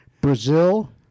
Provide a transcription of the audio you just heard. Brazil